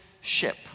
ship